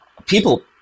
people